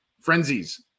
frenzies